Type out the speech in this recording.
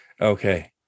Okay